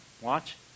Watch